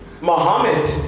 Muhammad